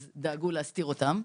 אז דאגו להסתיר אותם.